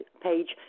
page